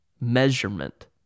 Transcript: measurement